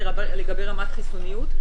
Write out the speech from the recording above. לגבי רמת חיסוניות.